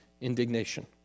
indignation